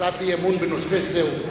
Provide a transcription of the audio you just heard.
הצעת אי-אמון בנושא זה,